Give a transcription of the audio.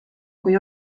kui